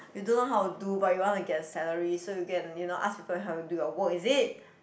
you don't know how to do but you want to get a salary so you can you know ask people to do your work is it